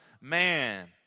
man